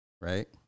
Right